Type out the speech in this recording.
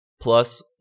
plus